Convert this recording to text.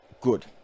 good